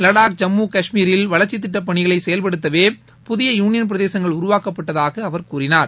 லடாக் ஜம்மு காஷ்மீரில் வளர்ச்சித் திட்டங்களை செயல்படுத்தவே புதிய யூளியன் பிரதேசங்கள் உருவாக்கப்பட்டதாக அவர் கூறினார்